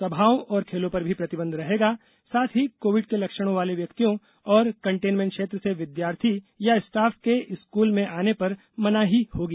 सभाओं और खेलों पर भी प्रतिबंध रहेगा साथ ही कोविड के लक्षणों वाले व्यक्तियों और कंटेनमेंट क्षेत्र से विद्यार्थी या स्टाफ के स्कूल में आने पर मनाही होगी